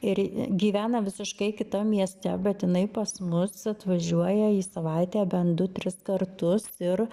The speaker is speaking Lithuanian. ir gyvena visiškai kitam mieste bet jinai pas mus atvažiuoja į savaitę bent du tris kartus ir